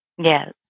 Yes